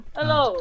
Hello